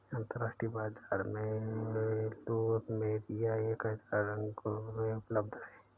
अंतरराष्ट्रीय बाजार में प्लुमेरिया एक हजार रंगों में उपलब्ध हैं